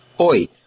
oi